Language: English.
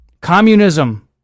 Communism